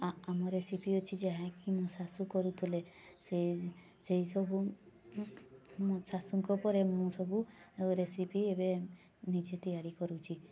ଆମ ରେସିପି ଅଛି ଯାହାକି ମୋ ଶାଶୁ କରୁଥିଲେ ସେ ସେଇ ସବୁ ମୋ ଶାଶୁଙ୍କ ପରେ ମୁଁ ସବୁ ରେସିପି ଏବେ ନିଜେ ତିଆରି କରୁଛି